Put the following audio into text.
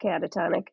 catatonic